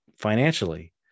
financially